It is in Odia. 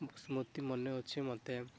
ସ୍ମୃତି ମନେ ଅଛି ମୋତେ